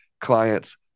clients